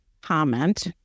comment